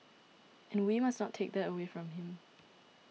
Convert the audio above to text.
and we must not take that away from him